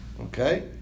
okay